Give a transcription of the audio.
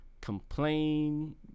complain